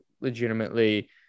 legitimately